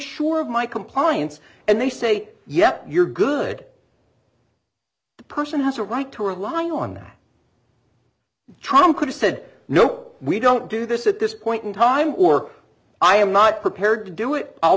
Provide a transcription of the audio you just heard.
sure of my compliance and they say yep you're good the person has a right to rely on trama could've said no we don't do this at this point in time or i am not prepared to do it i'll